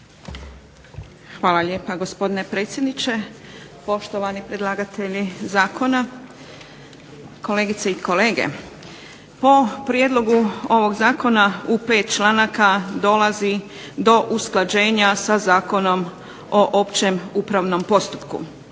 Hvala lijepa gospodine predsjedniče, poštovani predlagatelji zakona, kolegice i kolege. Po prijedlogu ovog zakona u 5 članaka dolazi do usklađenja sa Zakonom o općem upravnom postupku.